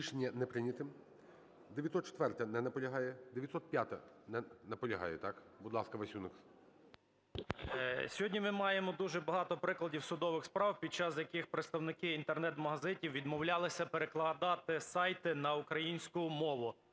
Сьогодні ми маємо дуже багато прикладів судових справ, під час яких представники інтернет-магазинів відмовлялися перекладати сайти на українську мову.